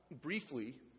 briefly